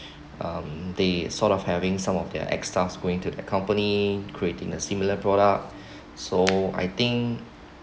um they sort of having some of their extra going to accompany creating the similar product so I think